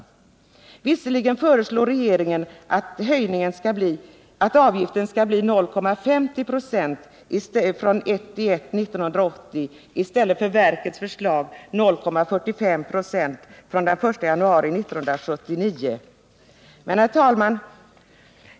Visserligen föreslår regeringen att avgiften skall bli 0,50 96 från den 1 januari 1980 i stället för, som riksförsäkringsverket föreslagit, 0,45 96 från den 1 januari 1979. Herr talman!